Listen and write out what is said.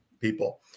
people